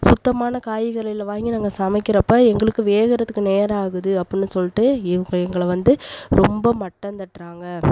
சுத்தமான காய்கறிகளை வாங்கி நாங்கள் சமைக்கிறப்போ எங்களுக்கு வேகறத்துக்கு நேரம் ஆகுது அப்படினு சொல்லிட்டு எங்களை வந்து ரொம்ப மட்டம் தட்டுறாங்க